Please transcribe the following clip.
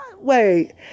Wait